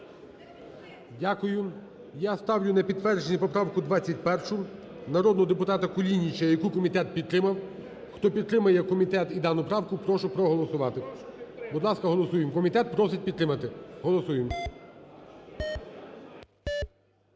Дякую. Я ставлю на підтвердження поправку 21, народного депутата Кулініча, яку комітет підтримав. Хто підтримує комітет і дану правку, прошу проголосувати. Будь ласка, голосуємо. Комітет просить підтримати. Голосуємо.